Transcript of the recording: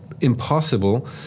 impossible